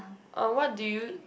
uh what do you